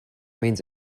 means